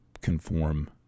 conform